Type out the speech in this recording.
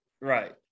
Right